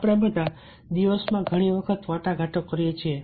આપણે બધા દિવસમાં ઘણી વખત વાટાઘાટો કરીએ છીએ